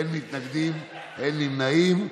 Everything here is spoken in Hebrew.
אין מתנגדים ואין נמנעים.